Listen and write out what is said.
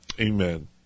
Amen